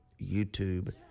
YouTube